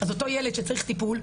אז אותו ילד שצריך טיפול,